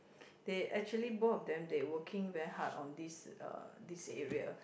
they actually both of them they working very hard on this uh this area